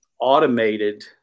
automated